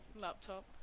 laptop